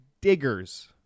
diggers